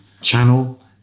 channel